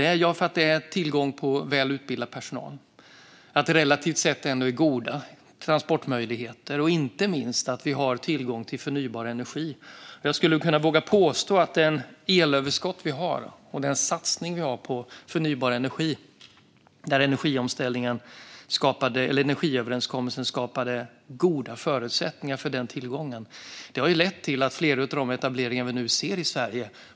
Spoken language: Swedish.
Jo, därför att det finns tillgång till väl utbildad personal och till relativt sett goda transportmöjligheter och, inte minst, att vi har tillgång till förnybar energi. Jag vågar påstå att det elöverskott vi har och vår satsning på förnybar energi, där energiöverenskommelsen skapade goda förutsättningar för tillgången, har lett till flera av de etableringar vi nu ser i Sverige.